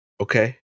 Okay